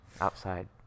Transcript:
Outside